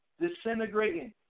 disintegrating